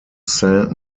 saint